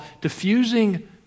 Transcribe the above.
diffusing